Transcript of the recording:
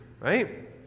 right